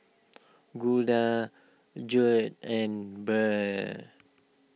Glynda Judd and Brynn